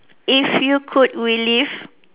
if you could relive